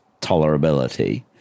tolerability